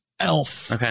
Elf